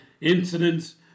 incidents